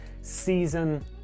season